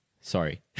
Sorry